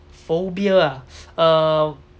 phobia ah uh